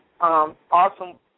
Awesome